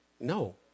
No